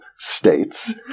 states